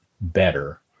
better